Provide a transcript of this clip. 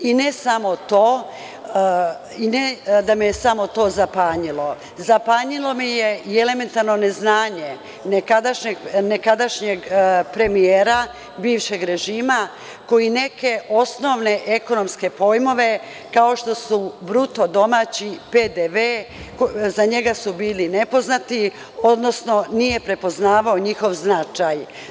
Ne samo da me je to zapanjilo, nego me je zapanjilo i elementarno neznanje nekadašnjeg premijera bivšeg režima koji neke osnovne ekonomske pojmove kao što su bruto domaći PDV koji je za njega bio nepoznat, odnosno nije prepoznavao njegov značaj.